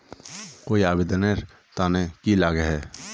कोई आवेदन नेर तने की लागोहो?